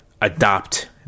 adopt